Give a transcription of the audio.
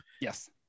Yes